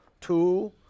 Two